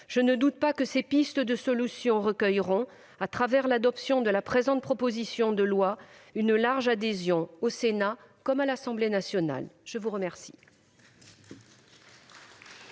Je ne doute pas que ces pistes recueilleront, à travers l'adoption de cette proposition de loi, une large adhésion, au Sénat comme à l'Assemblée nationale ! La parole